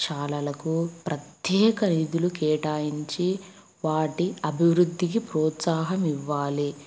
శాలలకు ప్రత్యేక నిధులు కేటాయించి వాటి అభివృద్ధికి ప్రోత్సాహం ఇవ్వాలి